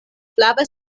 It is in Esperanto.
flava